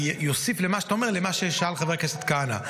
אני אוסיף את מה שאתה אומר למה ששאל חבר הכנסת כהנא.